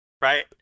Right